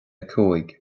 cúig